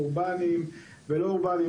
אורבניים ולא אורבניים,